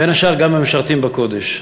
בין השאר, המשרתים הקודש.